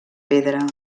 pedra